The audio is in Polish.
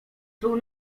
był